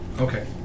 Okay